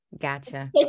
Gotcha